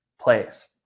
place